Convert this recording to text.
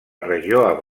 regió